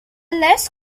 less